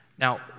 Now